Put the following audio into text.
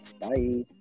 bye